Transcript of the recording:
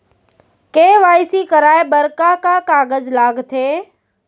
KYC कराये बर का का कागज लागथे?